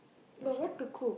that's all